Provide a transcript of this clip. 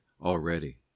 already